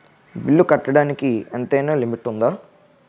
బిల్లులు కట్టడానికి ఎంతైనా లిమిట్ఉందా?